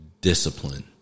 discipline